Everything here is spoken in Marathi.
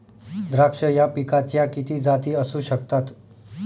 द्राक्ष या पिकाच्या किती जाती असू शकतात?